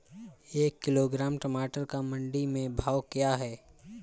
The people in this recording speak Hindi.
एक किलोग्राम टमाटर का मंडी में भाव क्या है?